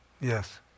Yes